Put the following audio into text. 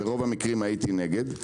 ברוב המקרים הייתי נגד,